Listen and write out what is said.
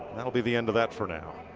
that will be the end of that for now.